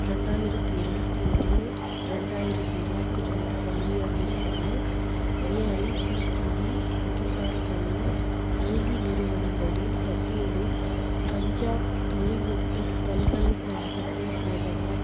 ரெண்டாயிரத்தி இருபத்தி ஒன்று ரெண்டாயிரத்தி இருபத்தி ரெண்டு கல்வியாண்டிற்கான ஏஐசிடிஇ அங்கீகாரமுள்ள கல்வி நிறுவனங்களின் பட்டியலில் பஞ்சாப் தொழில்நுட்ப பல்கலைக்கழகத்தைத் தேடவும்